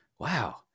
Wow